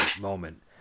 moment